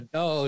no